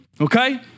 Okay